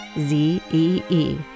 Z-E-E